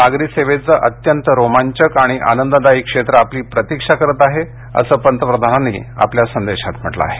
नागरी सेवेचं अत्यंत रोमांचक आणि आनंददाई क्षेत्र आपली प्रतीक्षा करत आहे अस पंतप्रधानांनी आपल्या संदेशात म्हटलं आहे